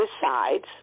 decides